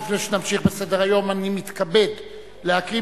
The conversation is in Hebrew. לפני שנמשיך בסדר-היום אני מתכבד להקריא